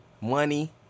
money